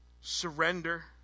surrender